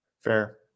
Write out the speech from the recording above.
fair